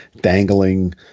dangling